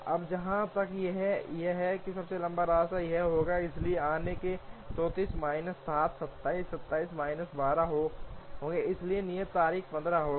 अब जहाँ तक यह है कि सबसे लंबा रास्ता यहाँ से होगा इसलिए आने के लिए 34 माइनस 7 27 27 माइनस 12 होंगे इसलिए नियत तारीख 15 होगी